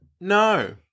no